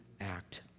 act